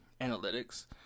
analytics